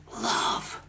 Love